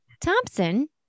Thompson